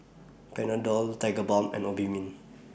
Panadol Tigerbalm and Obimin